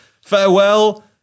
farewell